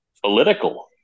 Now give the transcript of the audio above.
Political